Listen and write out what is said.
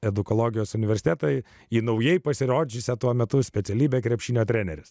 edukologijos universitetai į naujai pasirodžiusią tuo metu specialybę krepšinio treneris